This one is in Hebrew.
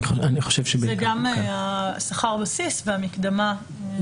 גם שכר בסיס והמקדמה.